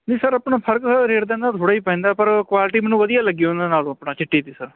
ਨਹੀਂ ਸਰ ਆਪਣਾ ਫਰਕ ਰੇਟ ਦਾ ਇਹਨਾਂ ਦਾ ਥੋੜ੍ਹਾ ਹੀ ਪੈਂਦਾ ਪਰ ਕੁਆਲਿਟੀ ਮੈਨੂੰ ਵਧੀਆ ਲੱਗੀ ਉਹਨਾਂ ਨਾਲੋਂ ਆਪਣਾ ਚਿੱਟੀ ਦੀ ਸਰ